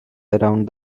around